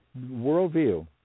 worldview